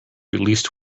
released